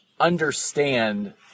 Understand